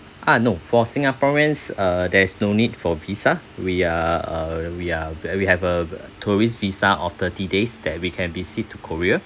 ah no for singaporeans uh there's no need for visa we are uh we are we have a tourist visa of thirty days that we can visit to korea